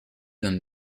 them